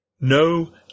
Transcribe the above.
No